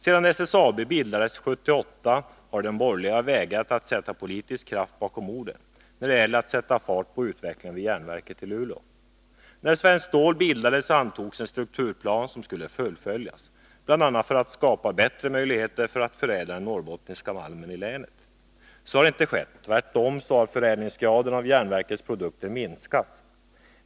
Sedan SSAB bildades 1978 har de borgerliga vägrat att sätta politisk kraft bakom orden när det gäller att sätta fart på utvecklingen vid järnverket i Luleå. När Svenskt Stål bildades antogs en strukturplan som skulle fullföljas, bl.a. för att skapa bättre möjligheter att förädla den norrbottniska malmen i länet. Så har inte skett — tvärtom har förädlingsgraden på järnverkets produkter minskat.